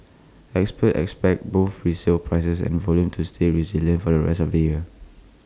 experts expect both resale prices and volume to stay resilient for the rest of the year